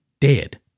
dead